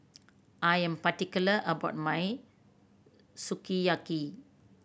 I am particular about my Sukiyaki